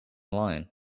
line